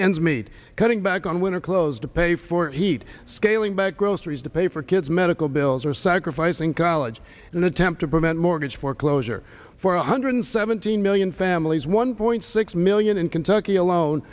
ends meet cutting back on winter clothes to pay for heat scaling back groceries to pay for kids medical bills or sacrificing college in attempt to prevent mortgage foreclosure for one hundred seventeen million families one point six million in kentucky alone